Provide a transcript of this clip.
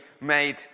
made